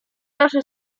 nasze